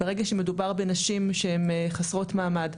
ברגע שמדובר בנשים שהן חסרות מעמד,